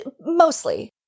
mostly